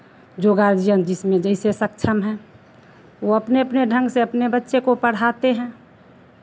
जो गार्जियन जिसमें जैसे सक्षम है वो अपने अपने ढंग से अपने बच्चे को पढ़ाते हैं